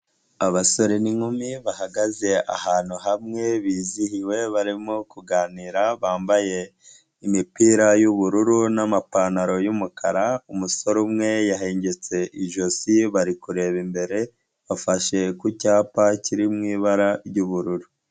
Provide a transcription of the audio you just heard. Abasore n'inkumi bahagaze ahantu hamwe bizihiwe barimo kuganira bambaye imipira y'ubururu n'amapantaro y'umukara, umusore umwe yahengetse ijosi bari kureba imbere bafashe ku cyapa kiri mu ibara ry'ubururu.